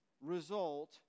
result